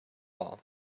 all